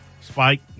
spike